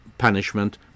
punishment